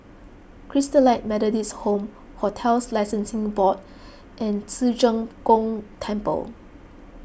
Christalite Methodist Home Hotels Licensing Board and Ci Zheng Gong Temple